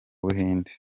buhinde